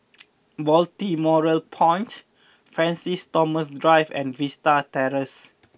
Balmoral Point Francis Thomas Drive and Vista Terrace